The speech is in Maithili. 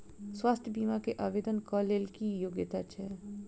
स्वास्थ्य बीमा केँ आवेदन कऽ लेल की योग्यता छै?